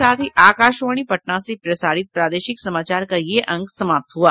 इसके साथ ही आकाशवाणी पटना से प्रसारित प्रादेशिक समाचार का ये अंक समाप्त हुआ